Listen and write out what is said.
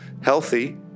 healthy